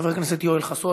חבר הכנסת יואל חסון,